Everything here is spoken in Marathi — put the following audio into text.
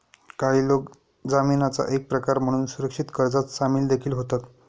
काही लोक जामीनाचा एक प्रकार म्हणून सुरक्षित कर्जात सामील देखील होतात